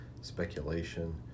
speculation